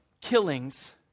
killings